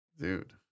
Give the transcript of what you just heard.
Dude